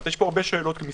יש הרבה מסביב.